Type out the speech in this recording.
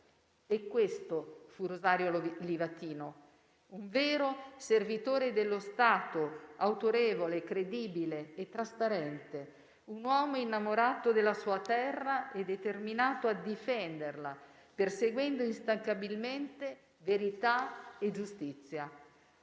Questo fu Rosario Livatino, un vero servitore dello Stato: autorevole, credibile e trasparente; un uomo innamorato della sua terra e determinato a difenderla, perseguendo instancabilmente verità e giustizia: